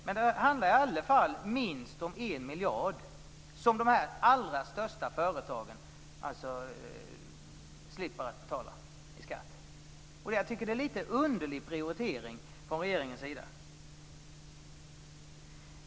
Men det handlar i alla fall om minst en miljard som de allra största företagen slipper betala i skatt. Jag tycker att det är en underlig prioritering från regeringens sida.